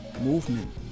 movement